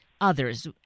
others